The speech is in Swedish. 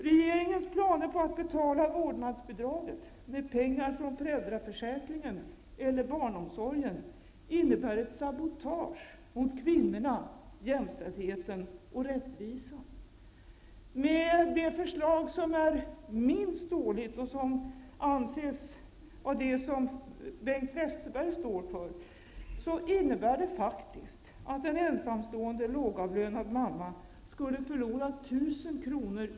Regeringens planer på att betala vårdnadsbidraget med pengar från föräldraförsäkringen eller barnomsorgen innebär ett sabotage mot kvinnorna, jämställdheten och rättvisan. Det förslag som är minst dåligt och som anses vara det som Bengt Westerberg står för innebär faktiskt att en ensamstående lågavlönad mamma skulle förlora 1 000 kr.